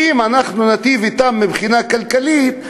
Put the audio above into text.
אם אנחנו ניטיב אתן מבחינה כלכלית,